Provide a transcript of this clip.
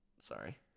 Sorry